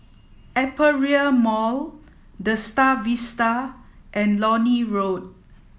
Aperia Mall The Star Vista and Lornie Road